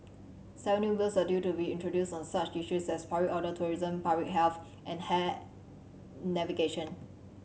seven new Bills are due to be introduced on such issues as public order tourism public health and navigation